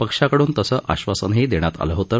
पक्षाकडून तसं आश्वासनही देण्यात आलं होतं